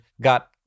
got